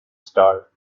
star